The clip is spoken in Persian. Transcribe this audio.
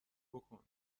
بکن